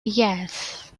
yes